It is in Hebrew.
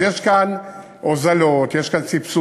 אז יש כאן הוזלות, יש כאן סבסודים.